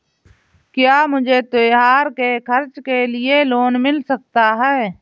क्या मुझे त्योहार के खर्च के लिए लोन मिल सकता है?